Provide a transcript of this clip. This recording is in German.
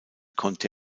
konnte